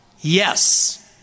Yes